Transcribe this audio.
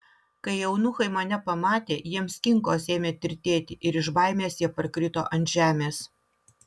kai eunuchai mane pamatė jiems kinkos ėmė tirtėti ir iš baimės jie parkrito ant žemės